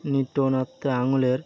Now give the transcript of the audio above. নৃত্যনাট্যে আঙুলের